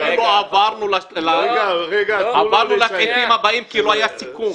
אנחנו עברנו לפריטים הבאים כי לא היה סיכום.